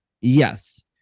Yes